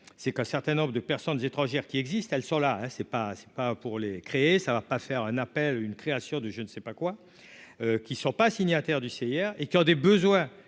c'est qu'un certain nombre de personnes étrangères qui existent, elles sont là, hein, c'est pas, c'est pas pour les créer, ça va pas faire un appel, une création du je ne sais pas quoi qui ne sont pas signataires du CIR et qui ont des besoins